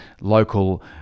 local